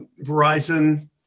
Verizon